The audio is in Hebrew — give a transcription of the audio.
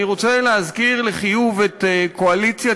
אני רוצה להזכיר לחיוב את קואליציית